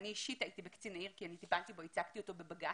אני אישית הייתי בקצין העיר כי אני ייצגתי אותו בבג"צ.